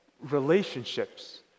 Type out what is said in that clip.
relationships